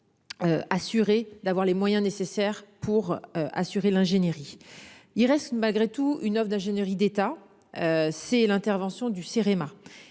d'avoir les moyens nécessaires pour assurer l'ingénierie. Il reste malgré tout une oeuvre d'ingénierie d'État. C'est l'intervention du CEREMA